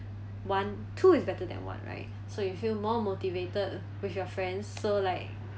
one two is better than one right so you feel more motivated with your friends so like